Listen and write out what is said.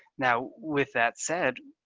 now, with that said,